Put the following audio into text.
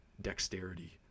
dexterity